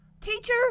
Teacher